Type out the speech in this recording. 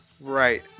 Right